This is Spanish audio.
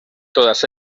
todas